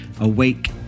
awake